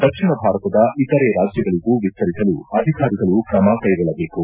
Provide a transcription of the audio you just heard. ದಕ್ಷಿಣ ಭಾರತದ ಇತರೆ ರಾಜ್ಯಗಳಗೂ ವಿಸ್ತರಿಸಲು ಅಧಿಕಾರಿಗಳು ತ್ರಮ ಕೈಗೊಳ್ಳಬೇಕು